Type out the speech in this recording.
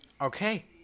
Okay